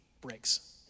breaks